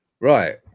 Right